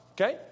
Okay